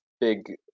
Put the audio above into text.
big